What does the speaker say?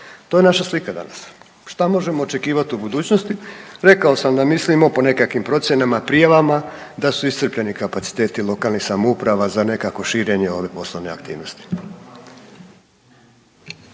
To je naša slika danas. Šta možemo očekivati u budućnosti? Rekao sam da mislimo po nekakvim procjenama, prijavama da su iscrpljeni kapaciteti lokalnih samouprava za nekakvo širenje ove poslovne aktivnosti.